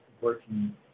working